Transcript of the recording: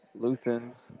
Luthans